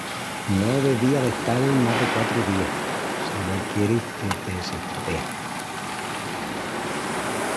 No devía d'estal más de quatru días si no quieris que te s’estropea.